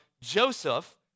Joseph